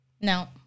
No